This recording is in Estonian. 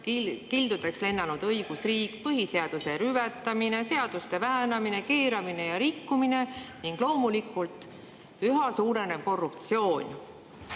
kildudeks lennanud õigusriik, põhiseaduse rüvetamine, seaduste väänamine, keeramine ja rikkumine ning loomulikult üha suurenev korruptsioon.